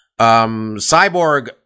Cyborg